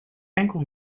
enkel